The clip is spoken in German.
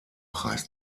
preis